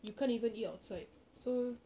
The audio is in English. you can't even eat outside so